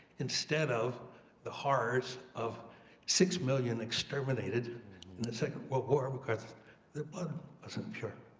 instead of the horrors of six million exterminated in the second world war because their blood wasn't pure.